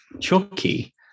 Chucky